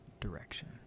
direction